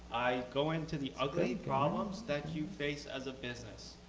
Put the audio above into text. i go into the ugly problems that you face as a business.